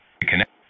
Connect